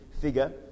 figure